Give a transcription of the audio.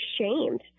shamed